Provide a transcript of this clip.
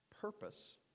purpose